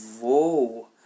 whoa